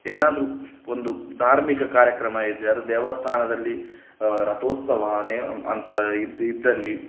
ಏನಾದರೂ ಒಂದು ಧಾರ್ಮಿಕ ಕಾರ್ಯಕ್ರಮ ಇದ್ದರೆ ಅದು ದೇವಸ್ಥಾನದಲ್ಲಿ ರಥೋತ್ಸವ ನೇ ಅಂತ ಇದ್ದಲ್ಲಿ